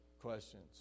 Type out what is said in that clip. questions